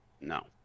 No